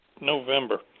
November